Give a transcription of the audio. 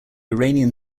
iranian